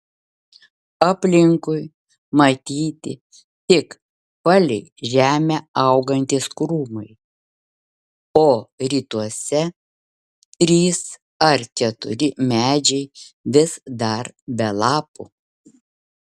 aplinkui matyti tik palei žemę augantys krūmai o rytuose trys ar keturi medžiai vis dar be lapų